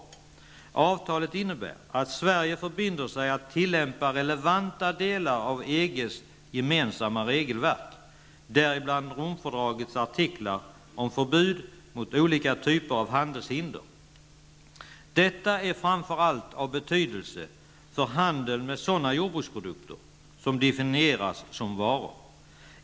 Avtalet innebär att Sverige förbinder sig att tillämpa relevanta delar av EGs gemensamma regelverk, däribland Romfördragets artiklar om förbud mot olika typer av handelshinder. Detta är framför allt av betydelse för handeln med sådana jordbruksprodukter som definieras som varor.